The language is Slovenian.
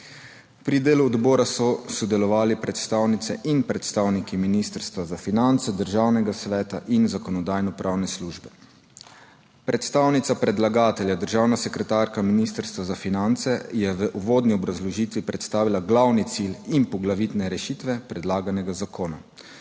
Pri delu odbora so sodelovali predstavnice in predstavniki Ministrstva za finance, Državnega sveta in Zakonodajno-pravne službe. Predstavnica predlagatelja, državna sekretarka na Ministrstvu za finance, je v uvodni obrazložitvi predstavila glavni cilj in poglavitne rešitve predlaganega zakona.